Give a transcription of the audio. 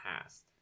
past